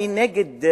אני נגד,